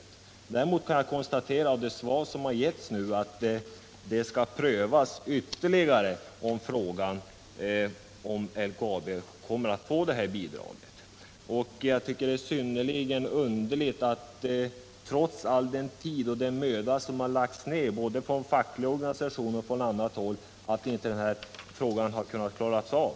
Av det svar jag nu fått framgår att det skall prövas ytterligare om LKAB skall få detta stöd. Jag tycker att det är synnerligen underligt att denna fråga, trots all den tid och all den möda som lagts ned både av de fackliga organisationerna och på annat håll, inte har kunnat klaras av.